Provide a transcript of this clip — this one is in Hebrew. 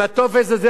עם הטופס הזה,